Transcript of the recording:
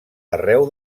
arreu